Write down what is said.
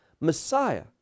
Messiah